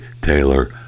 Taylor